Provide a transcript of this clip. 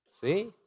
See